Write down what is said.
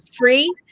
free